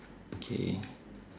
K